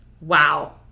wow